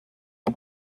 and